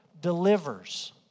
delivers